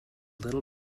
little